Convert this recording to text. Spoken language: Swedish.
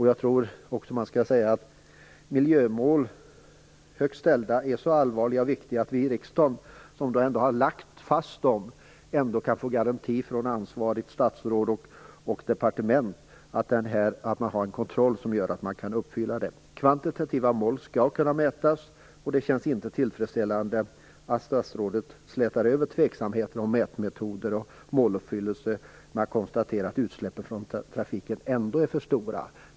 Jag tror också att högt ställda miljömål är så allvarliga och viktiga att vi i riksdagen, som ända har lagt fast dem, borde få garanti från ansvarigt statsråd och departement för att man har en kontroll som gör att man kan uppfylla dem. Kvantitativa mål skall kunna mätas. Det känns inte tillfredsställande att statsrådet slätar över tveksamheter om mätmetoder och måluppfyllelse med att konstatera att utsläppen från trafiken ändå är för stora.